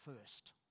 first